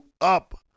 up